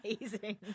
amazing